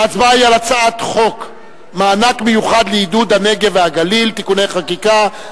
וההצבעה היא על הצעת חוק מענק מיוחד לעידוד הנגב והגליל (תיקוני חקיקה),